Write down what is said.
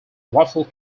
waffle